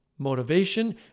Motivation